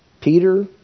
Peter